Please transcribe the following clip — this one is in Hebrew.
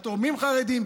התורמים חרדים,